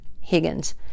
Higgins